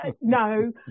no